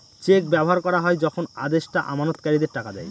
check ব্যবহার করা হয় যখন আদেষ্টা আমানতকারীদের টাকা দেয়